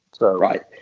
Right